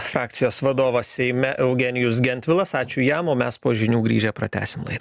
frakcijos vadovas seime eugenijus gentvilas ačiū jam o mes po žinių grįžę pratęsim laidą